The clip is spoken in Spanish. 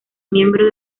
miembro